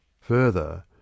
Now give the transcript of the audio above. further